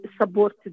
support